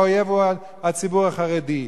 והאויב הוא הציבור החרדי.